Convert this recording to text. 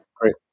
Great